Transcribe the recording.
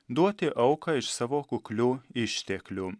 duoti auką iš savo kuklių išteklių